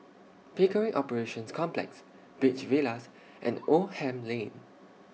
Pickering Operations Complex Beach Villas and Oldham Lane